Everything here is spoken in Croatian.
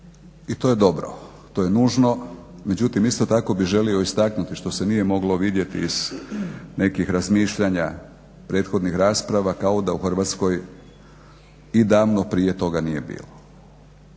i to je dobro, to je nužno. Međutim, isto tako bi želio istaknuti što se nije moglo vidjeti iz nekih razmišljanja prethodnih rasprava kao da u Hrvatskoj i davno prije toga nije bilo.